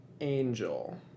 Angel